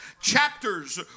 Chapters